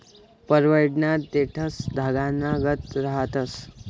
पडवयना देठं धागानागत रहातंस